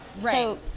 Right